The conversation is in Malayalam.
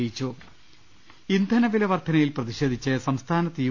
രുടെട്ട്ടറു ഇന്ധനവില വർദ്ധനയിൽ പ്രതി ഷേ ധിച്ച് സംസ്ഥാനത്ത് യു